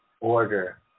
order